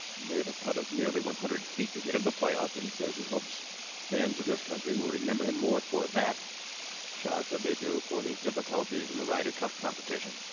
you made a putt of nearly one hundred feet to get in the playoffs. and he says, he hopes fans of this country will remember him more for that shot that they do for his difficulties in the ryder cup